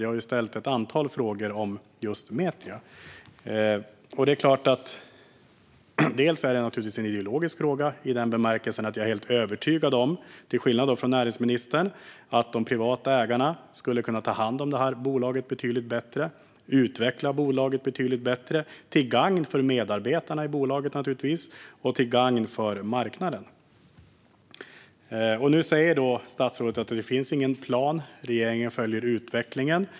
Jag har ställt ett antal frågor till näringsministern om Metria. Detta är en ideologisk fråga i den bemärkelsen att jag till skillnad från näringsministern är helt övertygad om att de privata ägarna skulle kunna ta hand om och utveckla bolaget betydligt bättre, vilket naturligtvis vore till gagn för medarbetarna i bolaget och till gagn för marknaden. Nu säger statsrådet att det inte finns någon plan. Regeringen följer utvecklingen.